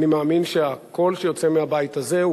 אני מאמין שהקול שיוצא מהבית הזה הוא